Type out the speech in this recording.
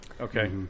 Okay